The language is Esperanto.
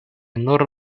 nur